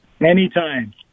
Anytime